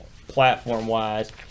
platform-wise